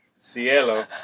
cielo